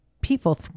people